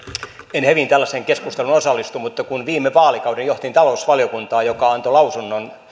en hevin tällaiseen keskusteluun osallistu mutta kun viime vaalikauden johdin talousvaliokuntaa joka antoi lausunnon